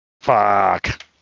Fuck